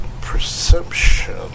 Perception